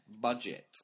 budget